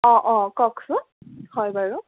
অঁ অঁ কওকচোন হয় বাৰু